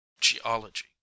geology